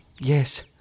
Yes